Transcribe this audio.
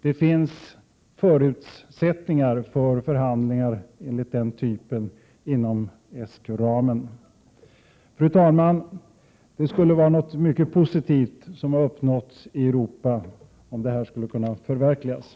Det finns förutsättningar för förhandlingar av den typen inom ESK. Herr talman! Något mycket positivt hade uppnåtts inom Europa om det här förverkligades.